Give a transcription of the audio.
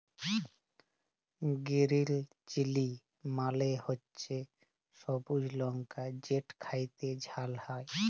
গিরিল chilli মালে হছে সবুজ লংকা যেট খ্যাইতে ঝাল হ্যয়